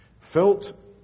felt